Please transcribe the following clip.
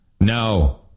no